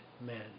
men